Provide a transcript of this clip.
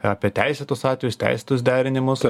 apie teisėtus atvejus teisėtus derinimus